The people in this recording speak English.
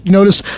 notice